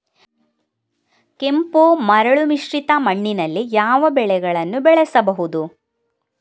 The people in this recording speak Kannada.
ಕೆಂಪು ಮರಳು ಮಿಶ್ರಿತ ಮಣ್ಣಿನಲ್ಲಿ ಯಾವ ಬೆಳೆಗಳನ್ನು ಬೆಳೆಸಬಹುದು?